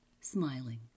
smiling